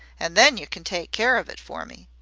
an' then yer can take care of it for me.